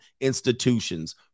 institutions